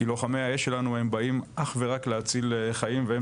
כי לוחמי האש שלנו הם באים אך ורק להציל חיים והם